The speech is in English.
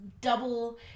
double